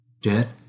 Dead